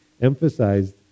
emphasized